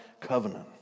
covenant